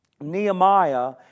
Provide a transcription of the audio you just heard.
Nehemiah